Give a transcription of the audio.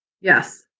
Yes